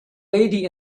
lady